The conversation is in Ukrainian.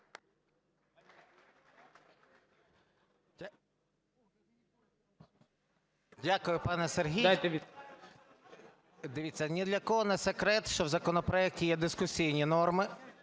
Дякую, пане Сергію. Дивіться, ні для кого не секрет, що в законопроекті є дискусійні норми.